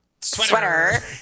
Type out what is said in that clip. Sweater